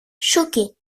choqué